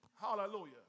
Hallelujah